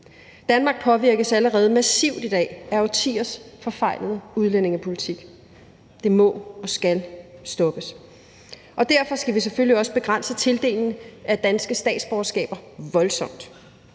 Danmark påvirkes allerede massivt i dag af årtiers forfejlede udlændingepolitik. Det må og skal stoppes. Og derfor skal vi selvfølgelig også begrænse tildelingen af danske statsborgerskaber voldsomt.